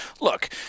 look